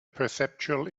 perceptual